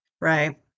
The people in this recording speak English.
Right